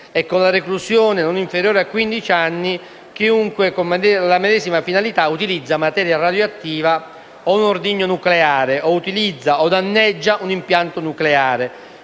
con la reclusione non inferiore a quindici anni chiunque, con le medesime finalità, utilizza materia radioattiva o un ordigno nucleare o utilizza o danneggia un impianto nucleare,